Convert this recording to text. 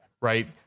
right